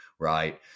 right